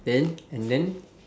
then and then